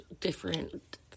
different